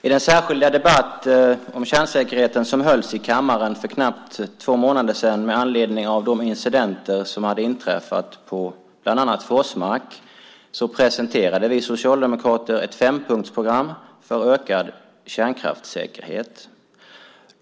I den särskilda debatt om kärnsäkerheten som hölls i kammaren för knappt två månader sedan med anledning av de incidenter som hade inträffat på bland annat Forsmark presenterade vi socialdemokrater ett fempunktsprogram för ökat kärnkraftsäkerhet.